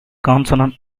consonant